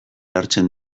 hartzen